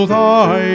thy